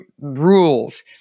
rules